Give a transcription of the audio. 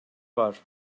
var